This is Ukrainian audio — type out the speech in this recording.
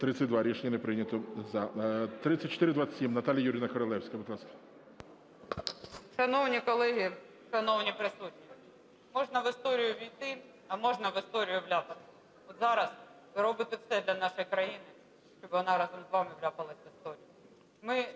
За-32 Рішення не прийнято. 3427. Наталія Юріївна Королевська, будь ласка. 19:01:15 КОРОЛЕВСЬКА Н.Ю. Шановні колеги, шановні присутні, можна в історію увійти, а можна в історію вляпатися. Зараз ви робите все для нашої країни, щоб вона разом з вами вляпалась в історію. Ми